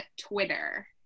Twitter